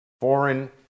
Foreign